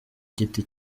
giti